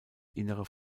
innere